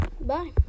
Bye